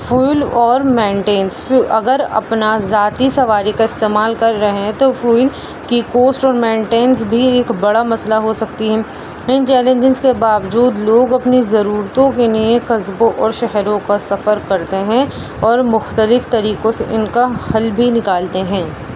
fuel اور maintenance اگر اپنا ذاتی سواری کا استعمال کر رہے ہیں تو فوئل کی کوسٹ اور مینٹینس بھی ایک بڑا مسئلہ ہو سکتی ہے ان چیلنجز کے باوجود لوگ اپنی ضرورتوں کے لیے قصبوں اور شہروں کا سفر کرتے ہیں اور مختلف طریقوں سے ان کا حل بھی نکالتے ہیں